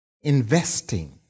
Investing